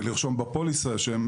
לרשום בפוליסה.